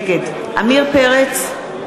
נגד עמיר פרץ,